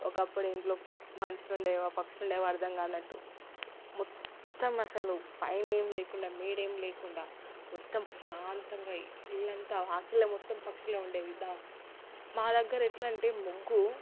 ఒకప్పుడు ఇంట్లో మనుషులు ఉండేవో పక్షులు ఉండేవో అర్ధం కానట్టు మొత్తం అసలు పైన ఏం లేకుండా మేడ ఏం లేకుండా మొత్తం ప్రశాంతంగా ఇళ్ళంతా వాకిట్లో మొత్తం పక్షులే ఉండేవి దా మా దగ్గర ఎట్లా అంటే ముగ్గు